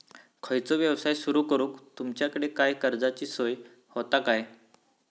खयचो यवसाय सुरू करूक तुमच्याकडे काय कर्जाची सोय होता काय?